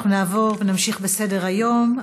אנחנו נעבור ונמשיך בסדר-היום.